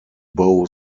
bow